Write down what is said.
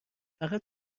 فقط